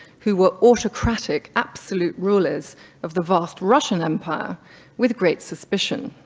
who were autocratic absolute rulers of the vast russian empire with great suspicion.